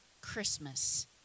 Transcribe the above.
Christmas